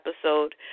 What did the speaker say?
episode